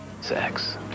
Sex